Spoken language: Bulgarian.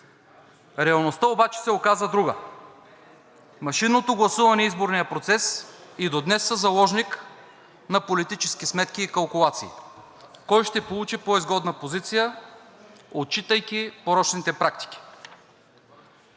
Реалността обаче се оказа друга. Машинното гласуване и изборният процес и до днес са заложник на политически сметки и калкулации кой ще получи по-изгодна позиция, отчитайки порочните практики.